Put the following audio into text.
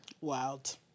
Wild